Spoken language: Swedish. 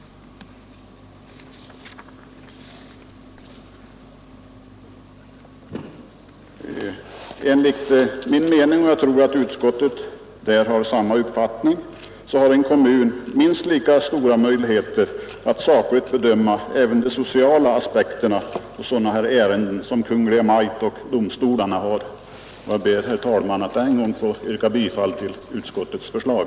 Enligt min uppfattning — och jag tror att utskottsmajoriteten är av samma uppfattning — har en kommun minst lika stora möjligheter att sakligt bedöma även de sociala aspekterna på sådana här ärenden som Kungl. Maj:t och domstolarna har. Jag ber, herr talman, att än en gång få yrka bifall till utskottets förslag.